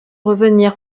revenir